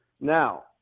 Now